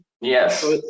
Yes